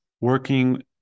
working